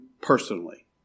personally